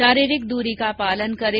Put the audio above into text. शारीरिक दूरी का पालन करें